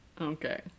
Okay